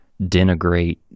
denigrate